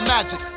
Magic